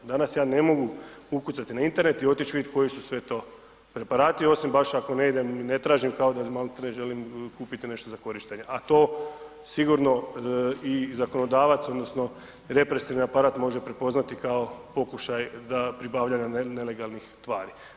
Danas ja ne mogu ukucati na Internet i otići vidjeti koji su sve to preparati, osim baš ako ne idem, ne tražim kao da maltene želim kupiti nešto za korištenje, a to sigurno i zakonodavac, odnosno, represivni aparat može prepoznati kao pokušaj pribavljanja nelegalnih tvari.